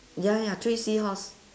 ya ya three seahorse